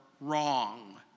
wrong